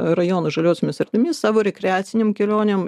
rajono žaliosiomis erdvėmis savo rekreacinėm kelionėm